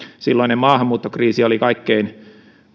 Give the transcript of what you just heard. silloinen maahanmuuttokriisi oli kaikkein